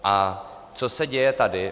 A co se děje tady?